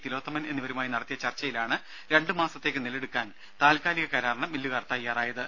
തിലോത്തമൻ എന്നിവരുമായി നടത്തിയ ചർച്ചയിലാണ് രണ്ടു മാസത്തേക്ക് നെല്ല് എടുക്കാൻ താൽക്കാലിക കരാറിന് മില്ലുകാർ തയ്യാറായത്